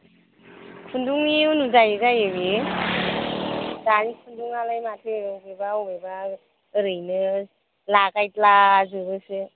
खुन्दुंनि अनुजायै जायो बेयो दानि खुन्दुंयालाय माथो अबेबा अबेबा ओरैनो लागायद्ला जोबो सो